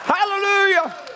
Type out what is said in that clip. Hallelujah